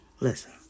Listen